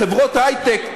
לחברות היי-טק,